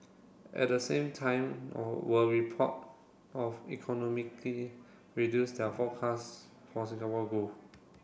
at the same time were report of reduce their forecast for Singapore growth